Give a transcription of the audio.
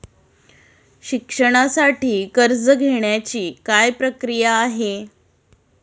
शिक्षणासाठी कर्ज घेण्याची काय प्रक्रिया आहे?